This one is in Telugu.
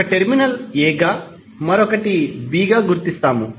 ఒక టెర్మినల్ a గా మరియు మరొకటి b గా గుర్తిస్తాము